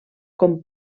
com